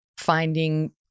finding